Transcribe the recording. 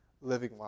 living